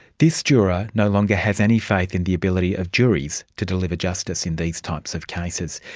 this juror no longer has any faith in the ability of juries to deliver justice in these types of cases.